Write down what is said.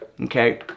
okay